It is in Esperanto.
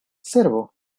servo